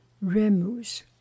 Remus